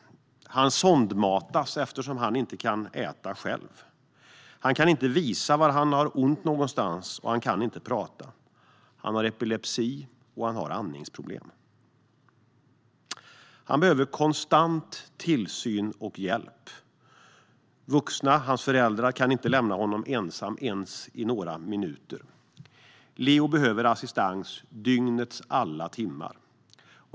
Han sondmatas eftersom han inte kan äta själv. Han kan inte visa var han har ont, och han kan inte prata. Han har epilepsi och andningsproblem. Han behöver konstant tillsyn och hjälp. De vuxna - hans föräldrar - kan inte lämna honom ensam ens i några minuter. Leo behöver assistans dygnets alla timmar.